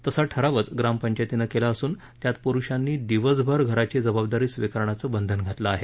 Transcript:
तसा ठरावच ग्रामपंचायतीनं केला असून त्यात प्रुषांनी दिवसभर घराची जबाबदारी स्वीकारण्याचं बंधन घातलं आहे